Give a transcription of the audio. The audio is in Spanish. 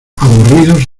aburridos